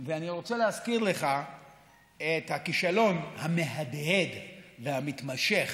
ואני רוצה להזכיר לך את הכישלון המהדהד והמתמשך